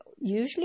usually